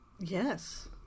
Yes